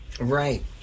Right